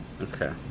Okay